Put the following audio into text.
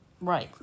Right